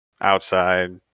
outside